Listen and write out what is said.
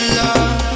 love